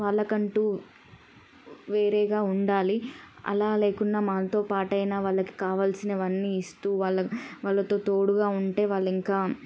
వాళ్ళకంటూ వేరేగా ఉండాలి అలా లేకుండా మాంతోపాటయినా వాళ్ళకు కావాల్సినవన్నీ ఇస్తూ వాళ్ళ వాళ్ళతో తోడుగా ఉంటే వాళ్ళింకా